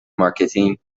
مارکتینگ